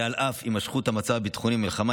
ועל אף הימשכות המצב הביטחוני והמלחמה,